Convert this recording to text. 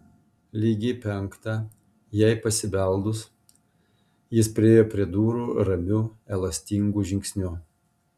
lygiai penktą jai pasibeldus jis priėjo prie durų ramiu elastingu žingsniu